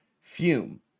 Fume